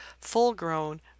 full-grown